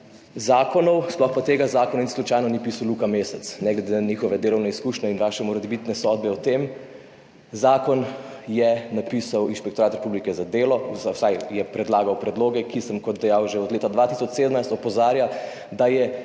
zakonov, sploh pa tega zakona, niti slučajno ni pisal Luka Mesec, ne glede na njegove delovne izkušnje in vaše morebitne sodbe o tem. Zakon je napisal Inšpektorat Republike Slovenije za delo, saj je predlagal predloge. Kot sem dejal, že od leta 2017 opozarja, da je